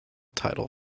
title